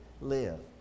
live